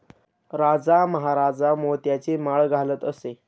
राजा महाराजा मोत्यांची माळ घालत असे